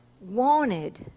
wanted